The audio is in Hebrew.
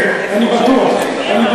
אני בטוח.